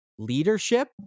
Leadership